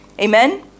Amen